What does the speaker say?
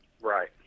right